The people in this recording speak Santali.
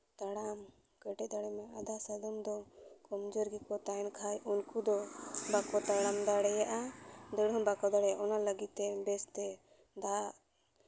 ᱛᱟᱲᱟᱢ ᱠᱮᱴᱮᱡ ᱫᱟᱲᱮᱜ ᱢᱟᱭ ᱟᱫᱷᱟ ᱥᱟᱫᱚᱢ ᱫᱚ ᱠᱚᱢ ᱡᱳᱨ ᱜᱮᱠᱚ ᱛᱟᱦᱮᱱ ᱠᱷᱟᱡ ᱩᱱᱠᱩ ᱫᱚ ᱵᱟᱠᱚ ᱛᱟᱲᱟᱢ ᱫᱟᱲᱮᱭᱟᱜᱼᱟ ᱫᱟᱹᱲ ᱦᱚᱸ ᱵᱟᱠᱚ ᱫᱟᱲᱮᱭᱟᱜᱼᱟ ᱚᱱᱟ ᱞᱟᱹᱜᱤᱫ ᱛᱮ ᱵᱮᱥᱛᱮ ᱫᱟᱜ